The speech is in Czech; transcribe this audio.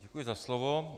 Děkuji za slovo.